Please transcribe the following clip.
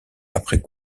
après